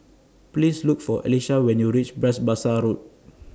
Please Look For Elisha when YOU REACH Bras Basah Road